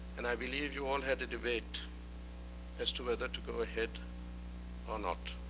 and i believe you all had a debate as to whether to go ahead or not.